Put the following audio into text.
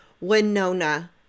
Winona